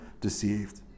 deceived